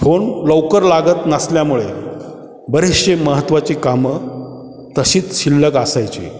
phone लवकर लागत नसल्यामुळे बरेचशे महत्त्वाची कामं तशीच शिल्लक असायची